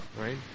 Right